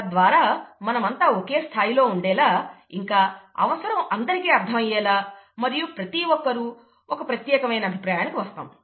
తద్వారా మనమంతా ఒకే స్థాయిలో ఉండేలా ఇంకా అవసరం అందరికీ అర్థమయ్యేలా మరియు ప్రతి ఒక్కరూ ఒక ప్రత్యేకమైన అభిప్రాయానికి వస్తాము